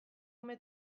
ume